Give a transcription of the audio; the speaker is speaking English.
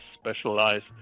specialized